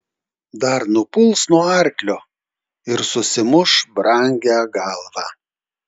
dar nupuls nuo arklio ir susimuš brangią galvą